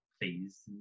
please